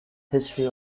history